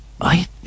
I-